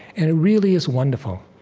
and it really is wonderful.